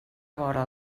vora